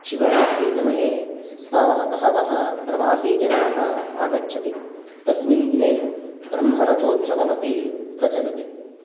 शिवरात्रिसमये बह बहवः प्रवासी जनाः आगच्छति तस्मिन् दिने ब्रह्मरथोत्सवमपि प्रचलति